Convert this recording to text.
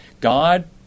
God